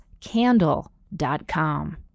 candle.com